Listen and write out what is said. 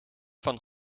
van